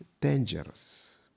dangerous